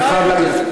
אני חייב להגיד.